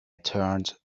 turned